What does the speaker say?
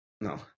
No